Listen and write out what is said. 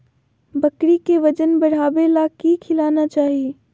बकरी के वजन बढ़ावे ले की खिलाना चाही?